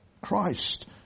Christ